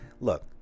look